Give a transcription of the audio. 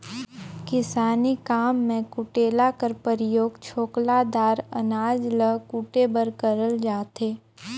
किसानी काम मे कुटेला कर परियोग छोकला दार अनाज ल कुटे बर करल जाथे